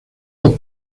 dos